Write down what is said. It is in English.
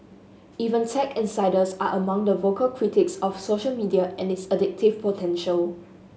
even tech insiders are among the vocal critics of social media and its addictive potential